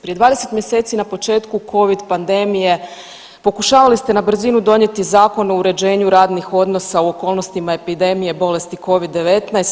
Prije 20 mjeseci na početku Covid pandmije pokušavali ste na brzinu donijeti zakon o uređenju radnih odnosa u okolnostima epidemije bolesti Covid-19.